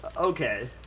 Okay